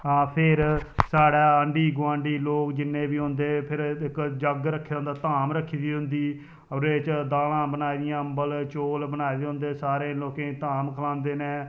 आं फिर साढ़े आंढी गोआंढ़ी लोग जि'न्ने बी होंदे फिर जग्ग रक्खे दा होंदा धाम रक्खी दी होंदी उ'दे च दालां बनाई दियां अम्बल चौल बनाए दे होंदे सारे लोकें ई धाम खलांदे न